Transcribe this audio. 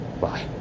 Bye